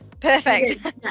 perfect